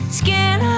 skin